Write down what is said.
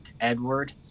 edward